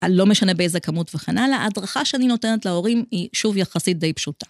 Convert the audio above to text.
‫על לא משנה באיזה כמות וכן הלאה, ‫ההדרכה שאני נותנת להורים ‫היא שוב יחסית די פשוטה.